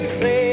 say